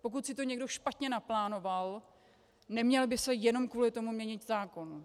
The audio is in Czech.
Pokud si to někdo špatně naplánoval, neměl by se jenom kvůli tomu měnit zákon.